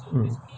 mm